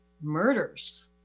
murders